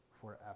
forever